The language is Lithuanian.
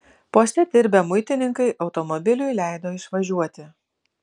poste dirbę muitininkai automobiliui leido išvažiuoti